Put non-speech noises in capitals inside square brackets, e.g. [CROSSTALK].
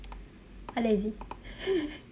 I lazy [LAUGHS]